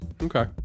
Okay